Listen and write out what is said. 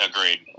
Agreed